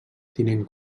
tinent